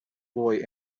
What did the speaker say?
boy